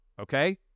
Okay